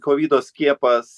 kovido skiepas